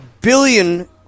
billion